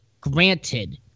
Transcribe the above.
granted